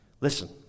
Listen